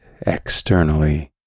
externally